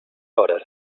hores